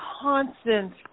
constant –